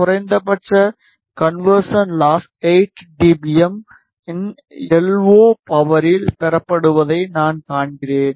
குறைந்தபட்ச conversion loss 8 dBm இன் LO பவரில் பெறப்படுவதை நான் காண்கிறேன்